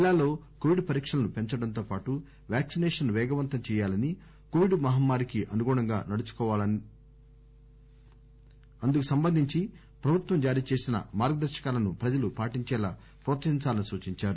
జిల్లాలలో కోవిడ్ పరీక్షలను పెంచడంతో పాటు వ్యాక్పినేషన్ ను పేగవంతం చేయాలని కోవిడ్ మహమ్మారికి అనుగుణంగా నడుచుకోవలసిన ప్రవర్తనకు సంబంధించి ప్రభుత్వం జారీచేసిన మార్గదర్శకాలను ప్రజలు పాటించేలా ప్రోత్సహించాలనీ సూచించారు